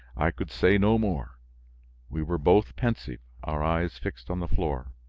i could say no more we were both pensive, our eyes fixed on the floor.